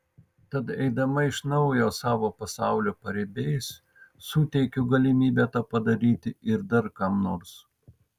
tad eidama iš naujo savo pasaulio paribiais suteikiu galimybę tą padaryti ir dar kam nors